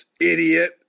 Idiot